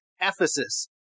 Ephesus